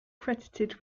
credited